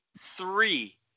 three